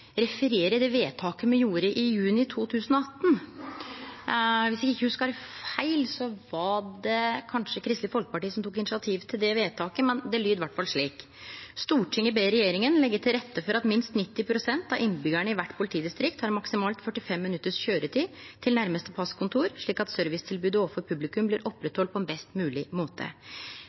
referere det vedtaket me gjorde i juni 2018. Dersom eg ikkje hugsar feil, var det, kanskje, Kristeleg Folkeparti som tok initiativ til det vedtaket, men det lyder i alle fall slik: «Stortinget ber regjeringen legge til rette for at minst 90 pst. av innbyggerne i hvert politidistrikt har maksimalt 45 minutters kjøretid til nærmeste passkontor, slik at servicetilbudet overfor publikum blir opprettholdt på en best mulig måte.